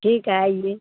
ठीक है आइए